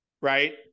right